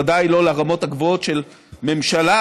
וודאי שלא לרמות הגבוהות של ממשלה,